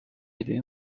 aidés